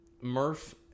Murph